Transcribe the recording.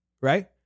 right